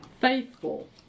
faithful